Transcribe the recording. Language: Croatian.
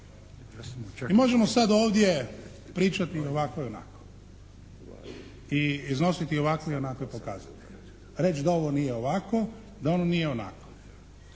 I možemo sad ovdje pričati ovako i onako i iznositi ovakve i onakve pokazatelje, reći da ovo nije ovako, da ono nije onako.